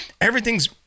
everything's